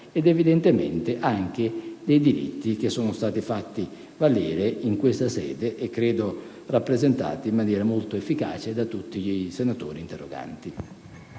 ed evidentemente anche dei diritti che sono stati fatti valere in questa sede e rappresentati - credo - in maniera molto efficace da tutti i senatori interroganti.